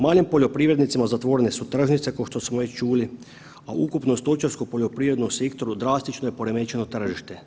Malim poljoprivrednicima zatvorene su tržnice kao što smo već čuli, a ukupnom stočarskom poljoprivrednom sektoru drastično je poremećeno tržište.